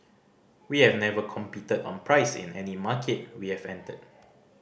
we have never competed on price in any market we have entered